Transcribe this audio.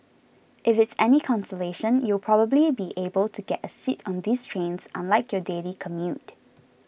if it's any consolation you'll probably be able to get a seat on these trains unlike your daily commute